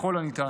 ככל הניתן.